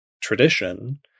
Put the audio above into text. tradition